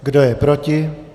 Kdo je proti?